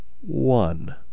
one